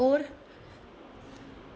और